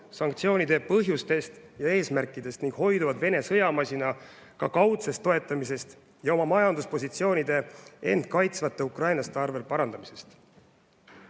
sanktsioonide põhjustest ja eesmärkidest ning hoiduvad Vene sõjamasina ka kaudsest toetamisest ja oma majanduspositsioonide parandamisest end kaitsvate ukrainlaste arvel. Kolmandaks,